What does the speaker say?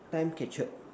time captured